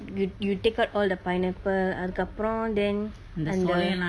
you you take out all the pineapple அதுகப்புரோ:athukappuro then அந்த:andtha